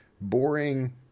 boring